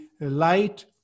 light